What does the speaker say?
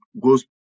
goes